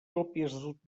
còpies